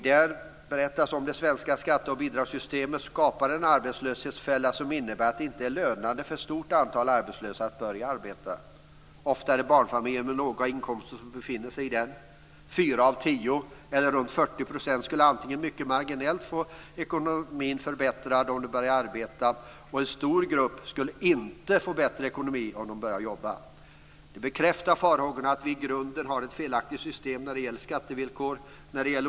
Det berättas att det svenska skatte och bidragssystemet skapar en arbetslöshetsfälla som innebär att det inte är lönande för ett stort antal arbetslösa att börja arbeta. Ofta är det barnfamiljer med låga inkomster som befinner sig i den situationen. Fyra av tio, eller runt 40 %, skulle få ekonomin mycket marginellt förbättrad om de började arbeta. En stor grupp skulle inte förbättra ekonomi om de började jobba. Det bekräftar farhågorna att vi i grunden har ett felaktigt regelsystem när det gäller skattevillkor.